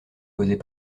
causés